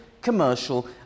commercial